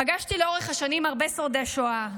פגשתי לאורך השנים הרבה שורדי שואה,